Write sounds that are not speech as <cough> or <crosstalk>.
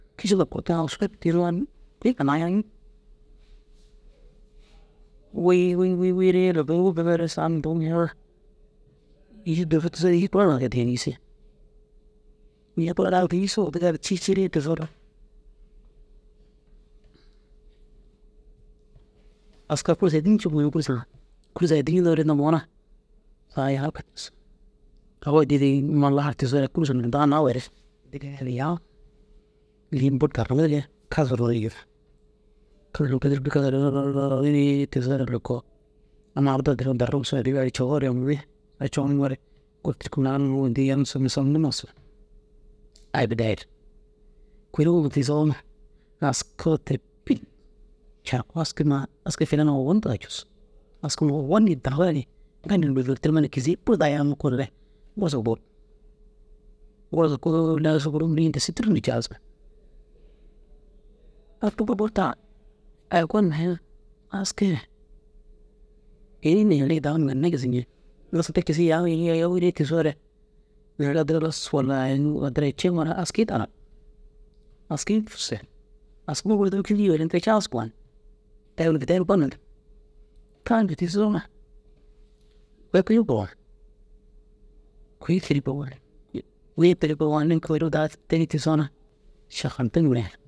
Kiši loko <unintelligible> wi wi wire loko wôkid ma ero saga toom yenŋoore îyi dugusa tuzoo îyi kuru <unintelligible> ci cii ciiyore tigisoore askaa kûrsu edincure kûrsu ŋa kûrsu edinŋoore inda muk na <unintelligible> agu edin maa lahar tigisoore kûrsu daa nawure <unintelligible> šigini bur darrimmi dige kazu roni yir <hesitation> tigisoore loko amma erdo addira darim sowere addi gar daa caŋuŋore ôtu tirku addi namu sob niĩma ussu <unintelligible> kuru tigisoo ŋa askuu tepi caak aski mana aski filan ŋa owon dîga cussu askuu owon ni dinare ni gali bodoltireme ni kizi bur daa yame koonore gurusu guurug. Gurusu kôoli aski guru mire disii tûrusu caasiŋ, askuu boborta ai gonime hee aski ai ini neere i daguma ginna gisi ŋeŋ. Aski te kisi yaŋire ini yawiree tigisoore neere addira halas walla <hesitation> askii daa nak askii fusse askumu gurusa dûbu kîdirii ye ini tira caasum gonuŋ. Te ôwel gedder goniere taani tigisoo na kôi kuri <unintelligible> kôi kuri <unintelligible> terii tigisoo na šahaltiŋi mire